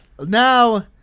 Now